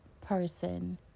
person